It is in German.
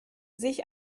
sich